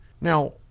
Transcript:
Now